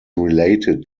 related